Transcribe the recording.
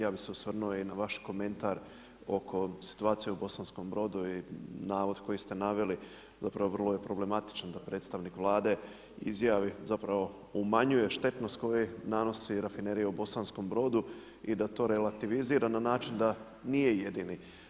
Ja bih se osvrnuo i na vaš komentar oko situacije u Bosanskom Brodu i navod koji ste naveli, zapravo vrlo je problematičan da predstavnik Vlade izjavi zapravo umanjuje štetnost koju nanosi Rafinerija u Bosanskom Brodu i da to relativizira na način da nije jedini.